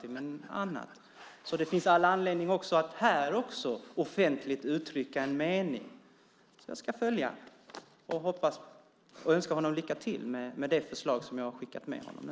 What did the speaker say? Det finns all anledning att också här offentligt uttrycka en mening. Jag ska följa arbetsmarknadsministerns arbete och önskar honom lycka till med det förslag som jag har skickat med honom nu.